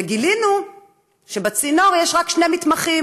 וגילינו שבצינור יש רק שני מתמחים.